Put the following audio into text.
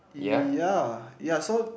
ya ya so